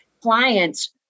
clients